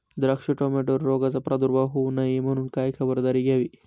द्राक्ष, टोमॅटोवर रोगाचा प्रादुर्भाव होऊ नये म्हणून काय खबरदारी घ्यावी?